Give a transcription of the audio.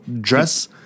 dress